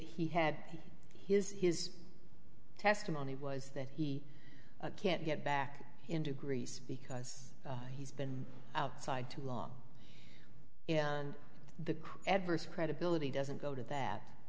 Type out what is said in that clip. he had his his testimony was that he can't get back into greece because he's been outside too long and the adverse credibility doesn't go to that